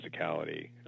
physicality